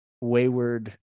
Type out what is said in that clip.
wayward